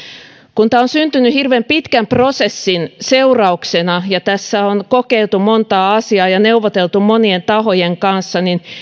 kun tämä on syntynyt hirveän pitkän prosessin seurauksena ja tässä on kokeiltu montaa asiaa ja neuvoteltu monien tahojen kanssa niin